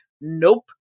Nope